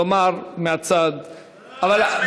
לומר דבר.